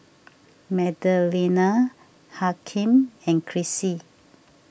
Magdalena Hakeem and Chrissie